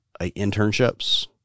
internships